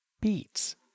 beats